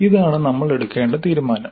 ഇതാണ് നമ്മൾ എടുക്കേണ്ട തീരുമാനം